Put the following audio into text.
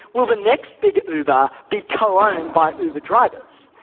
will the next big uber be co-owned by uber drivers?